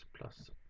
plus